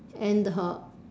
and her